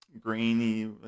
grainy